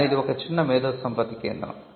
కానీ ఇది ఒక చిన్న మేధోసంపత్తి కేంద్రo